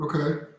Okay